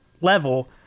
level